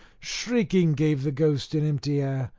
shrieking gave the ghost in empty air,